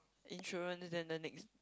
insurance then the next